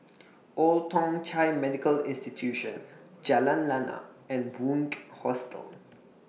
Old Thong Chai Medical Institution Jalan Lana and Bunc Hostel